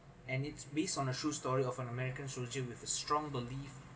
and it's based on a true story of an american soldier with a strong belief